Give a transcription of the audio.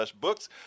Books